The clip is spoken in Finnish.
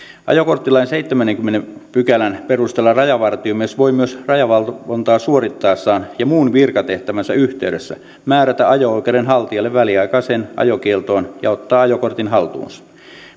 ajokorttilain seitsemännenkymmenennen pykälän perusteella rajavartiomies voi myös rajavalvontaa suorittaessaan ja muun virkatehtävänsä yhteydessä määrätä ajo oikeuden haltijan väliaikaiseen ajokieltoon ja ottaa ajokortin haltuunsa